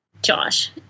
Josh